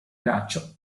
braccio